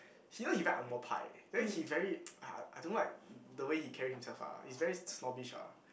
you know he very angmoh pai then he very ah I don't like the way he carry himself lah he's very snobbish ah